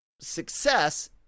success